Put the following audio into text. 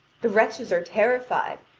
the wretches are terrified,